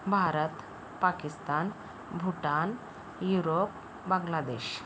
Bharat Pakistan Bhutan Europe Bangladesh